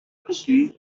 cooking